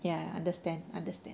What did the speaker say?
ya understand understand